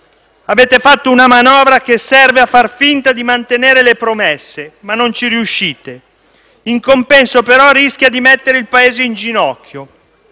Avete fatto una manovra che serve a far finta di mantenere le promesse, ma non ci riuscite. In compenso, però, essa rischia di mettere il Paese in ginocchio.